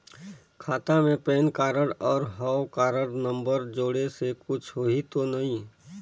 खाता मे PAN card और हव कारड नंबर जोड़े से कुछ होही तो नइ?